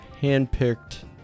hand-picked